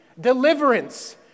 deliverance